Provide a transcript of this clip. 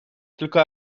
tylko